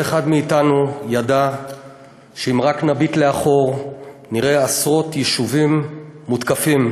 כל אחד מאתנו ידע שאם רק נביט לאחור נראה עשרות יישובים מותקפים,